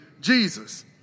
Jesus